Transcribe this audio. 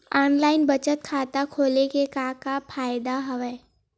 online बचत खाता खोले के का का फ़ायदा हवय